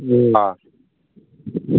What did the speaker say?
ꯑꯥ